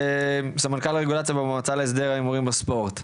סמנכ"ל הרגולציה במועצה להסדר ההימורים בספורט.